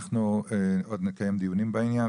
אנחנו עוד נקיים דיונים בעניין,